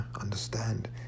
Understand